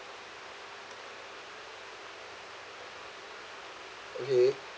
okay